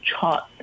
chart